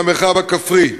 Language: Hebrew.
מהמרחב הכפרי,